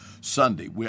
Sunday